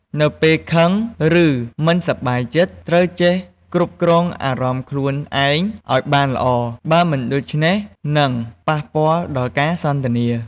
នៅពេលខឹងឬមិនសប្បាយចិត្តត្រូវចេះគ្រប់គ្រងអារម្មណ៍ខ្លួនឯងឲ្យបានល្អ បើមិនដូច្នេះនឹងប៉ះពាល់ដល់ការសន្ទនា។